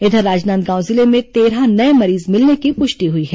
इधर राजनांदगांव जिले में तेरह नए मरीज मिलने की पुष्टि हुई है